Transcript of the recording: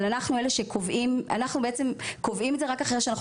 אבל אנחנו קובעים את זה רק לאחר שאנחנו